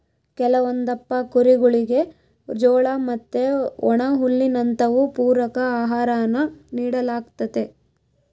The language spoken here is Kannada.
ಕೆಲವೊಂದಪ್ಪ ಕುರಿಗುಳಿಗೆ ಜೋಳ ಮತ್ತೆ ಒಣಹುಲ್ಲಿನಂತವು ಪೂರಕ ಆಹಾರಾನ ನೀಡಲಾಗ್ತತೆ